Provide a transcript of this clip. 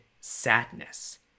sadness